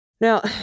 Now